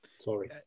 Sorry